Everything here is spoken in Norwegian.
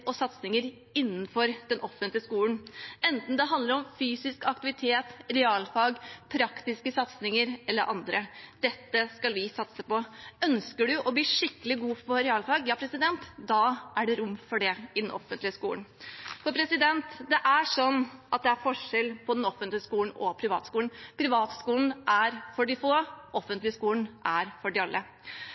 og satsinger innenfor den offentlige skolen, enten det handler om fysisk aktivitet, realfag, praktiske satsinger eller andre. Dette skal vi satse på. Ønsker du å bli skikkelig god på realfag, er det rom for det i den offentlige skolen. For det er forskjell på den offentlige skolen og privatskoler. Privatskoler er for de få, den offentlige skolen for alle.